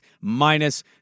minus